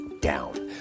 down